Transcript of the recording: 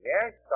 Yes